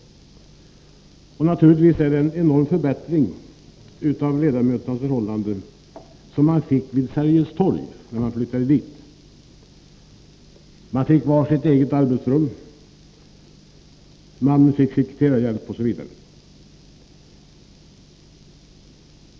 Naturligtvis var det en enorm förbättring av arbetsförhållandena som ledamöterna fick vid Sergels torg. Man fick var sitt arbetsrum, man fick sekreterarhjälp osv.